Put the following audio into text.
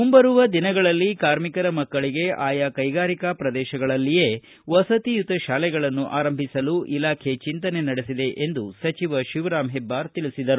ಮುಂಬರುವ ದಿನಗಳಲ್ಲಿ ಕಾರ್ಮಿಕರ ಮಕ್ಕಳಿಗೆ ಆಯಾ ಕೈಗಾರಿಕಾ ಪ್ರದೇಶಗಳಲ್ಲಿಯೇ ವಸತಿಯುತ ಶಾಲೆಗಳನ್ನು ಆರಂಭಿಸಲು ಇಲಾಖೆ ಚಿಂತನೆ ನಡೆಸಿದೆ ಎಂದು ಸಚಿವ ಶಿವರಾಂ ಹೆಬ್ಬಾರ ತಿಳಿಸಿದರು